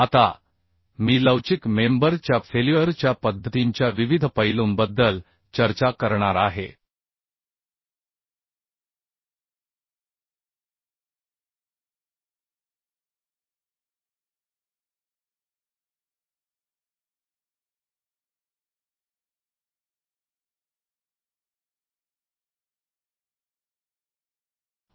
आता मी लवचिक मेंबर च्या फेल्युअर च्या पद्धतींच्या विविध पैलूंबद्दल चर्चा करणार आहे